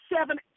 seven